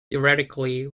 theoretically